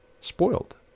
spoiled